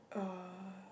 uh